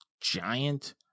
giant